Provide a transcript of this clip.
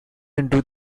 into